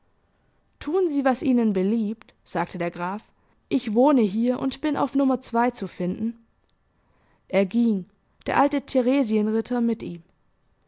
tun sie was ihnen beliebt sagte der graf ich wohne hier und bin auf nr zu finden er ging der alte theresienritter mit ihm